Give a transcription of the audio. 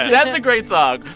that's a great song.